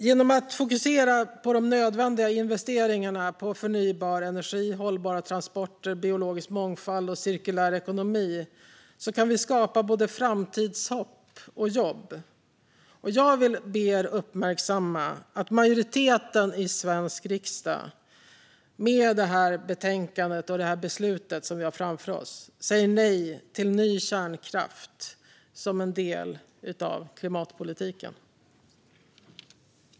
Genom att fokusera de nödvändiga investeringarna på förnybar energi, hållbara transporter, biologisk mångfald och cirkulär ekonomi kan vi skapa både framtidshopp och jobb. Jag vill be er uppmärksamma att majoriteten i Sveriges riksdag genom det betänkande och beslut som vi har framför oss säger nej till ny kärnkraft som en del av klimatpolitiken.